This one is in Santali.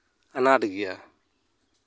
ᱟᱱᱟᱴ ᱜᱮᱭᱟ